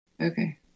okay